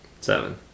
Seven